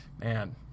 man